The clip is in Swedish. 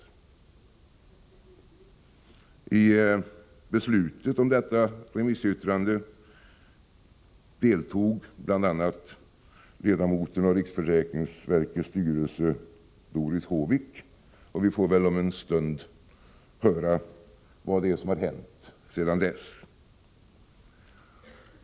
I beslutet om detta remissyttrande deltog bl.a. ledamoten iriksförsäkringsverkets styrelse Doris Håvik, och vi får väl om en stund höra vad det är som har hänt sedan dess.